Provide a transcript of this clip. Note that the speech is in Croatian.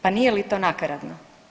Pa nije li to nakaradno.